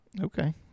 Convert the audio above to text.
Okay